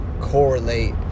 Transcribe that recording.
correlate